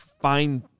find –